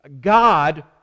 God